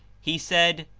he said,